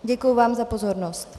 Děkuji vám za pozornost.